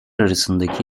arasındaki